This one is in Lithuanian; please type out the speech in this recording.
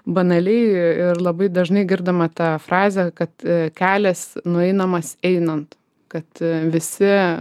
banaliai ir labai dažnai girdima ta frazė kad kelias nueinamas einant kad visi